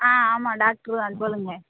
ஆ ஆமாம் டாக்டரு தான் சொல்லுங்கள்